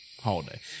Holiday